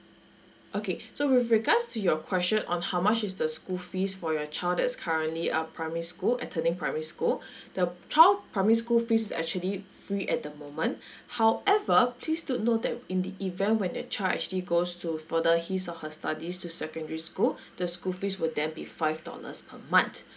okay so with regards to your question on how much is the school fees for your child that's currently uh primary school attending primary school the child primary school fee's actually free at the moment however please do note that uh in the event when the child actually goes to further his or her studies to secondary school the school fees will then be five dollars per month